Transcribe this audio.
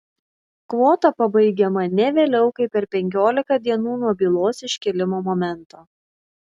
kvota pabaigiama ne vėliau kaip per penkiolika dienų nuo bylos iškėlimo momento